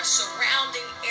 surrounding